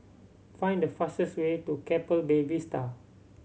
find the fastest way to Keppel Bay Vista